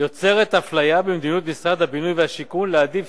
"יוצרת אפליה במדיניות משרד הבינוי והשיכון להעדיף